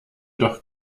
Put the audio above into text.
doch